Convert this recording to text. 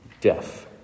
death